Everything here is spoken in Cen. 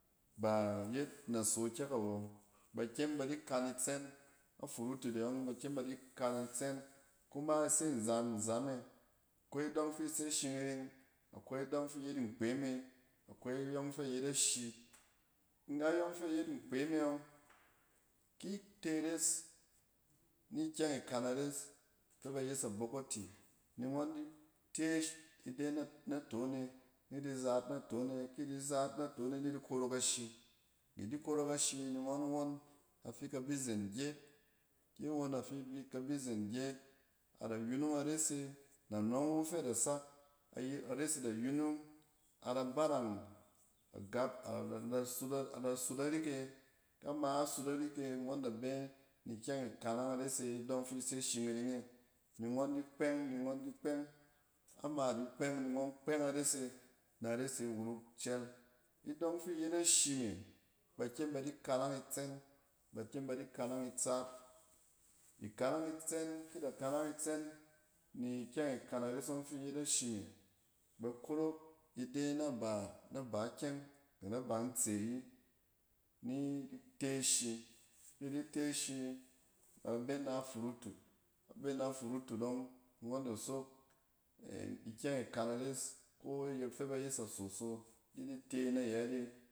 Ba yet naso kyɛk awo, ba kyem ba di kan itsɛn. A furutut e ↄng ba kyem ba di kan itsɛn, kuma ise nzam-nzam e. kwai dↄng fi se shing’iring, akwai dↄng fi yet nkpe me, akwai in yↄng fi nyet ashi. Na yↄng fi yet nkpe me yↄng, kit e res ni kyɛng ikan ares fɛ ba yes abokiti, ni ngↄn di te ide naton e nidi zaat naton e, ki di zaat naton e. ni di korok ashi, idi kurok ashi ni ngↄn won afi kabi zen gyet ki won afi kabi zen gyet ada yunung ares na nↄng wu fɛ da sak ares e da yurung, ada barang agap. A da sut, ada sut arik e, na ma a sut ari e, ngↄn da bɛ ni kyɛng ikarang ares e idↄng fi se shing’iring e ni ngↄn di kpɛng ni ngↄn di kpɛng. Ama di kpɛng, ni ngↄn kpɛng ares e na res e wuruk chel. I dong fi yet ashi me, ba kyem ba di kanang itsɛn bakyem ba di kanang itsaap. I kanang itsɛn ki da kanang itsɛn ni kyɛng ikan ares ↄng fi yet ashi me ba korok ide na ba, na ba kyɛng, kɛ na ban tse ayi ni di te shi, ki di te shin a be na furutut, kɛ be na furutut ↄng ngↄng da sok ikyɛng ikan ares ko ya fɛ ba yes asoso ni di te na yɛt e.